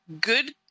good